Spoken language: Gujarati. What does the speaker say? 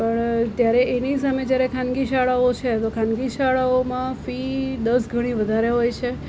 પણ ત્યારે એની સામે જ્યારે ખાનગી શાળાઓ છે તો ખાનગી શાળાઓમાં ફી દસ ગણી વધારે હોય છે